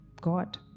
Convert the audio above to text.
God